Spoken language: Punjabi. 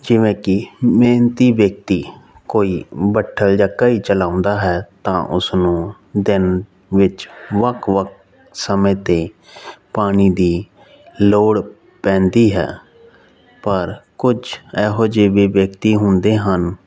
ਜਿਵੇਂ ਕਿ ਮਿਹਨਤੀ ਵਿਅਕਤੀ ਕੋਈ ਬੱਠਲ ਜਾਂ ਕਹੀ ਚਲਾਉਂਦਾ ਹੈ ਤਾਂ ਉਸਨੂੰ ਦਿਨ ਵਿੱਚ ਵੱਖ ਵੱਖ ਸਮੇਂ 'ਤੇ ਪਾਣੀ ਦੀ ਲੋੜ ਪੈਂਦੀ ਹੈ ਪਰ ਕੁਝ ਇਹੋ ਜਿਹੇ ਵੀ ਵਿਅਕਤੀ ਹੁੰਦੇ ਹਨ